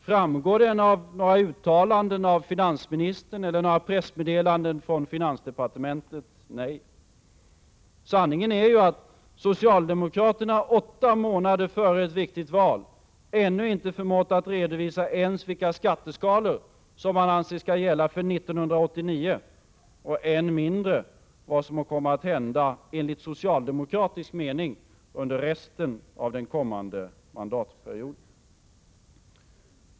Framgår den av några uttalanden av finansministern eller några pressmeddelanden från finansdepartementet? Nej. Sanningen är att socialdemokraterna åtta månader före ett viktigt val ännu inte har förmått att redovisa ens vilka skatteskalor som man anser skall gälla för 1989 och än mindre vad som enligt socialdemokratisk mening kommer att hända under resten av den kommande mandatperioden.